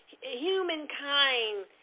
humankind